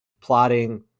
plotting